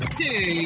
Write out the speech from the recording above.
two